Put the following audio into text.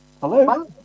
hello